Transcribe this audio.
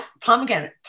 pomegranate